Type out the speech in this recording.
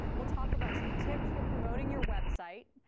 we'll talk about some tips for promoting your website,